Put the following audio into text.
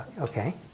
Okay